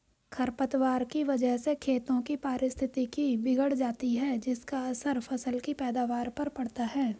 खरपतवार की वजह से खेतों की पारिस्थितिकी बिगड़ जाती है जिसका असर फसल की पैदावार पर पड़ता है